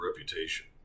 reputation